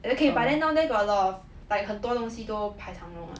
okay but then down there got a lot of like 很多东西都排长龙 lah